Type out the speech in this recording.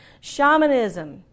Shamanism